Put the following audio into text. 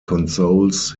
consoles